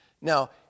Now